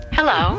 Hello